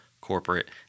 corporate